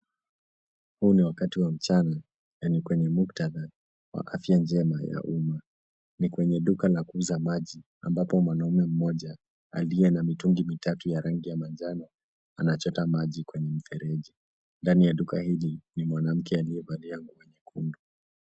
Huu ni wakati wa mchana, nani kwenye muktadha wa afya njema ya umma. Ni kwenye duka la kuuza maji, ambapo mwanaume mmoja aliye na mitungi mitatu ya rangi ya manjano, anachota maji kwenye mfereji. Ndani ya duka hili, ni mwanamke aliyevalia nguo nyekundu.